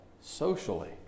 socially